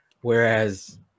whereas